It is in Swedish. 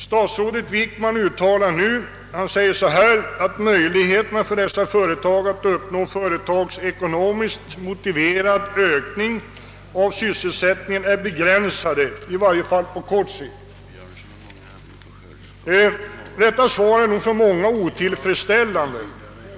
Statsrådet Wickman uttalar sig i interpellationssvaret på följande sätt: »Möjligheterna för företagen att uppnå en företagsekonomiskt motiverad ökning av sysselsättningen är således begränsade, i varje fall på kort sikt.» Detta svar finner många otillfredsställande.